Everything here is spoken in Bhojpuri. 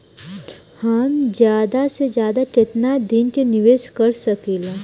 हम ज्यदा से ज्यदा केतना दिन के निवेश कर सकिला?